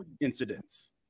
incidents